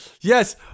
Yes